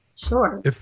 Sure